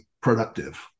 productive